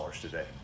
today